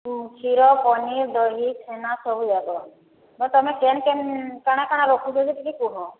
ମୁଁ କ୍ଷୀର ପନିର୍ ଦହି ଛେନା ସବୁଯାକର ତୁମେ କେନ୍ କେନ୍ କାଣା କାଣା ରଖୁଛେ ଯେ ଟିକେ କୁହ